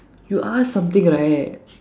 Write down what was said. you ask something right